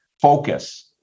focus